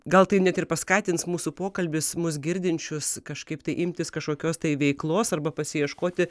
gal tai net ir paskatins mūsų pokalbis mus girdinčius kažkaip tai imtis kažkokios veiklos arba pasiieškoti